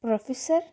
professor